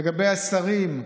לגבי השרים,